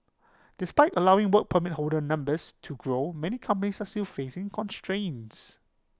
despite allowing Work Permit holder numbers to grow many companies are still facing constraints